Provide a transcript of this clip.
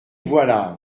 voilà